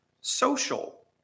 social